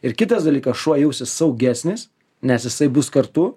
ir kitas dalykas šuo jausis saugesnis nes jisai bus kartu